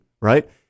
right